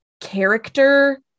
character